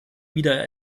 wieder